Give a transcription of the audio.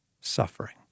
suffering